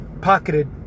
pocketed